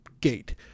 gate